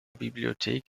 bibliothek